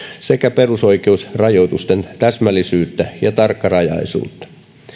sekä perusoikeusrajoitusten täsmällisyyttä ja tarkkarajaisuutta